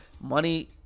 Money